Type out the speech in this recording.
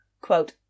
quote